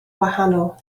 wahanol